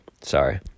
sorry